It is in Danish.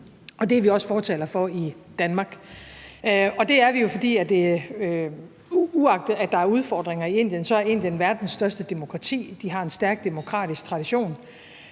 og det er vi også fortalere for i Danmark. Det er vi jo, fordi Indien, uagtet at der er udfordringer i Indien, er verdens største demokrati. De har en stærk demokratisk tradition,